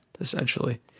essentially